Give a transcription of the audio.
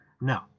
no